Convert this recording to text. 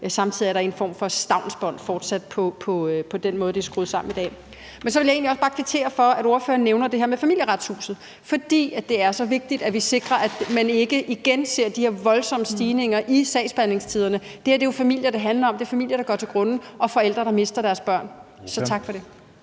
Samtidig er der fortsat en form for stavnsbånd i forhold til den måde, det er skruet sammen på i dag. Så vil jeg egentlig også bare kvittere for, at ordføreren nævner det her med Familieretshuset, for det er så vigtigt, at vi sikrer, at man ikke igen ser de her voldsomme stigninger i sagsbehandlingstiderne. Det er jo familier, det handler om. Det er familier, der går til grunde, og forældre, der mister deres børn. Så tak for det.